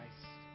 Christ